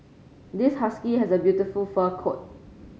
this husky has a beautiful fur coat